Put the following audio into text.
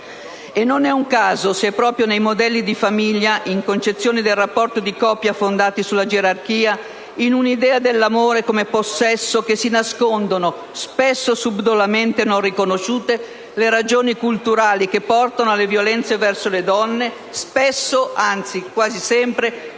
E non è un caso se è proprio nei modelli di famiglia, in concezioni del rapporto di coppia fondati sulla gerarchia, in un'idea dell'amore come possesso che si nascondono, spesso subdolamente, non riconosciute, le ragioni culturali che portano alle violenze verso le donne, spesso - anzi, quasi sempre